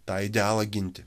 tą idealą ginti